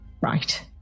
Right